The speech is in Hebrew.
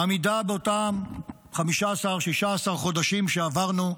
בעמידה באותם 16-15 חודשים שעברנו,